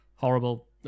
horrible